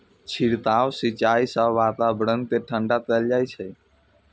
छिड़काव सिंचाइ सं वातावरण कें ठंढा कैल जाइ छै